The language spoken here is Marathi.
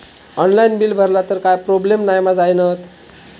ऑनलाइन बिल भरला तर काय प्रोब्लेम नाय मा जाईनत?